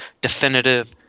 definitive